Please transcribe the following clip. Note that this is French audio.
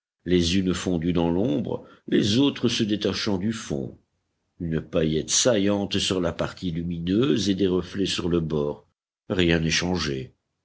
les unes fondues dans l'ombre les autres se détachant du fond une paillette saillante sur la partie lumineuse et des reflets sur le bord rien n'est changé